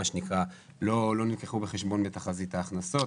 לא נלקחו בחשבון בתחזית ההכנסות,